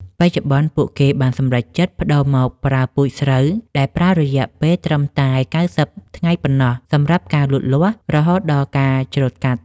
បច្ចុប្បន្ន ពួកគេបានសម្រេចចិត្តប្តូរមកប្រើពូជស្រូវដែលប្រើរយៈពេលត្រឹមតែ ៩០ ថ្ងៃប៉ុណ្ណោះសម្រាប់ការលូតលាស់រហូតដល់ការច្រូតកាត់។